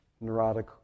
neurotic